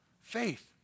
Faith